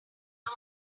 not